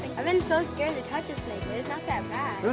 i've been so scared to touch a snake, but it's not that bad.